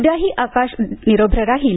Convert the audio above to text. उद्याही आकाश निरभ्र राहील